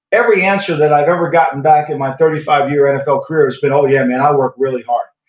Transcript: every answer that i've ever gotten back in my thirty five year nfl career has been oh yeah man, i work really hard.